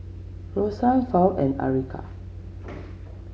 Roxann Fawn and Erica